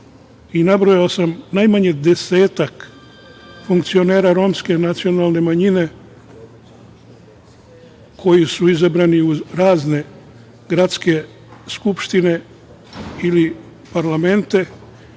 i nabrojao sam najmanje desetak funkcionera romske nacionalne manjine koji su izabrani u razne gradske skupštine ili parlamente,